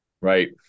Right